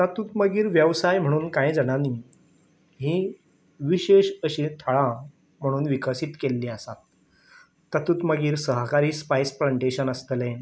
तातूंत मागीर वेवसाय म्हणून कांय जाणांनी हीं विशेश अशीं थळां म्हणून विकसीत केल्लीं आसात तातूंत मागीर सहकारी स्पायस प्लांटेशन आसतलें